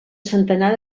centenar